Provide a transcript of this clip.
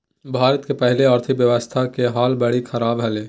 भारत के पहले आर्थिक व्यवस्था के हाल बरी ख़राब हले